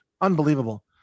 Unbelievable